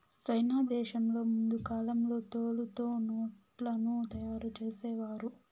సైనా దేశంలో ముందు కాలంలో తోలుతో నోట్లను తయారు చేసేవారు